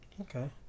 okay